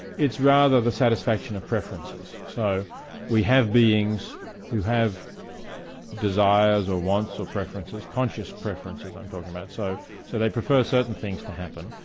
it's rather the satisfaction of preferences. so we have beings who have desires, or wants, or preferences, conscious preferences i'm talking about, so so they prefer certain things to happen,